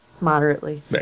Moderately